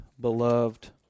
beloved